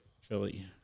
Philly